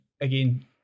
again